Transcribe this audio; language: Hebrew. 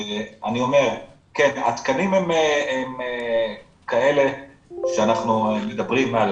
4.61 --- התקנים הם כאלה שאנחנו מדברים על